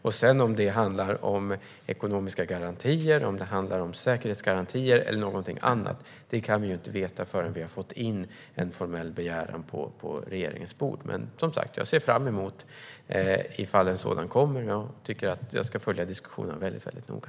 Om det sedan handlar om ekonomiska garantier, säkerhetsgarantier eller någonting annat kan vi inte veta förrän vi har fått in en formell begäran på regeringens bord. Jag ser som sagt fram emot ifall en sådan kommer och ska följa diskussionen mycket noga.